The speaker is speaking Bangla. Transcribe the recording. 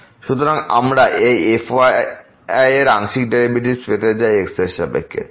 সুতরাং আমরা এই fy এর আংশিক ডেরিভেটিভ পেতে চাই x এর সাপেক্ষে